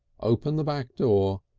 open the back door,